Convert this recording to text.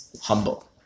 humble